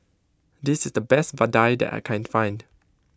this is the best Vadai that I can find